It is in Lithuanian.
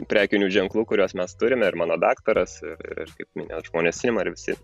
prekinių ženklų kuriuos mes turime ir mano daktaras ir ir kaip minėjot žmonės sinema ir visi